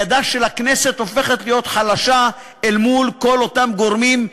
ידה של הכנסת הופכת להיות חלשה אל מול כל אותם גורמים,